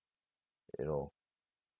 you know